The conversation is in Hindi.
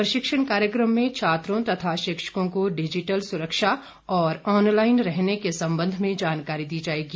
प्रशिक्षण कार्यक्रम में छात्रों तथा शिक्षकों को डिजिटल सुरक्षा और ऑनलाइन रहने के संबंध में जानकारी दी जाएगी